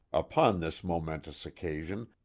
upon this momentous occasion,